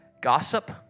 Gossip